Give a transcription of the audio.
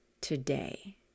today